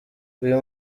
uyu